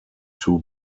two